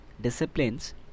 disciplines